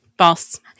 False